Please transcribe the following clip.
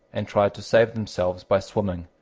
and tried to save themselves by swimming,